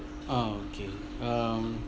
oh okay um